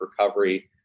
recovery